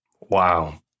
Wow